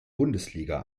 bundesliga